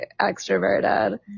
extroverted